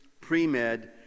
pre-med